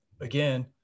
again